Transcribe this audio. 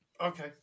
Okay